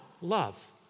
love